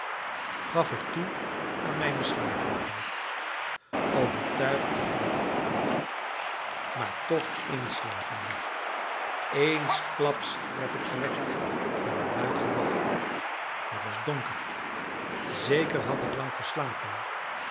gaf ik toe aan mijne slaperigheid overtuigd dat ik wakker bleef maar toch inslapende eensklaps werd ik gewekt door een luid geblaf het was donker zeker had ik lang geslapen